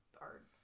art